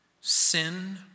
Sin